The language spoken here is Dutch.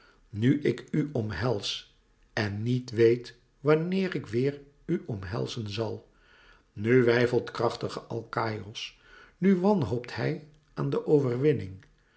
nu ik u omhels en niet weet wanneer ik weêr u omhelzen zal nu weifelt krachtige alkaïos nu wanhoopt hij aan de overwinning